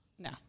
No